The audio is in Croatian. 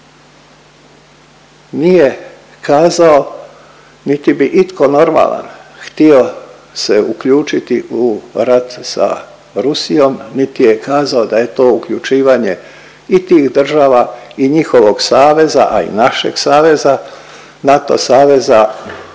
nije kazao niti bi itko normalan htio se uključiti u rat sa Rusijom niti je kazao da je to uključivanje i tih država i njihovog saveza, a i našeg saveza NATO saveza